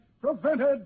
prevented